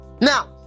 now